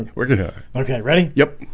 we're gonna okay ready yep